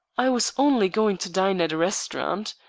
i was only going to dine at a restaurant.